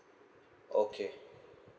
okay